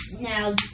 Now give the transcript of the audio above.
Now